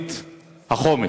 תוכנית החומש.